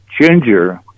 ginger